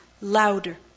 louder